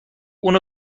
اونو